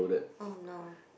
oh no